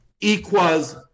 equals